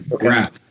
Wrap